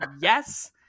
yes